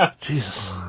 Jesus